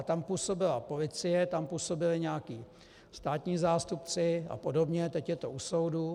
Tam působila policie, tam působili nějací státní zástupci apod., teď je to u soudu.